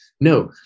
No